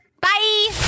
bye